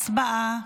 הצבעה.